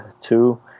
Two